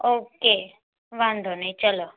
okay વાંધો નહીં ચલો